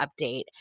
update